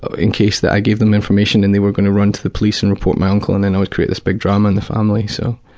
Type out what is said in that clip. in case that i gave them information and they were going to run to the police and report my uncle. and then i would create this big drama in the family. so